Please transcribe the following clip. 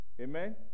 Amen